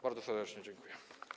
Bardzo serdecznie dziękuję.